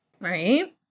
Right